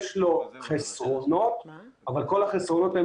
יש לו חסרונות, אבל כל החסרונות הם